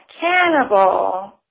cannibal